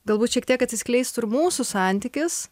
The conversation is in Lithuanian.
galbūt šiek tiek atsiskleistų ir mūsų santykis